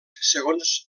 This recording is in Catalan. segons